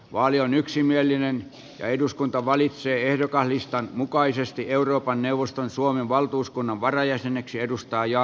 valion että eduskunta valitsee ehdokaslistan mukaisesti euroopan turvallisuus ja yhteistyöjärjestön parlamentaarisen yleiskokouksen suomen valtuuskunnan varajäseneksi jaana pelkosen